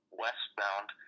westbound